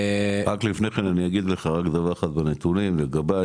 רן לפני כן אני אגיד לך רק דבר אחד בנתונים לגבי,